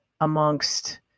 amongst